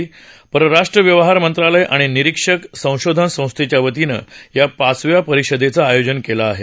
पस्राष्ट्र व्यवहार मंत्रालय आणि निरिक्षक संशोधन संस्थेच्या वतीनं या पाचव्या परिषदेचं आयोजन केलं आहे